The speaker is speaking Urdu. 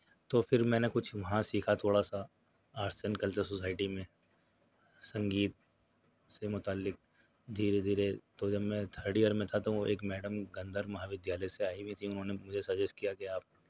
تو پھر میں نے کچھ وہاں سیکھا تھوڑا سا آرٹس اینڈ کلچر سوسائٹی میں سنگیت سے متعلق دھیرے دھیرے تو جب میں تھرڈ ایئر میں تھا تو ایک میڈم گندھر مہاودھیالیہ سے آئی ہوئی تھیں انہوں نے مجھے سجیسٹ کیا کہ آپ